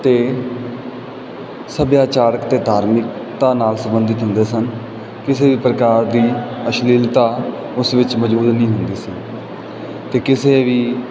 ਤੇ ਸੱਭਿਆਚਾਰਕ ਤੇ ਧਾਰਮਿਕਤਾ ਨਾਲ ਸੰਬੰਧਿਤ ਹੁੰਦੇ ਸਨ ਕਿਸੇ ਵੀ ਪ੍ਰਕਾਰ ਦੀ ਅਸ਼ਲੀਲਤਾ ਉਸ ਵਿੱਚ ਮੌਜੂਦ ਨਹੀਂ ਹੁੰਦੀ ਸੀ ਤੇ ਕਿਸੇ ਵੀ